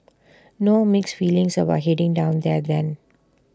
no mixed feelings about heading down there then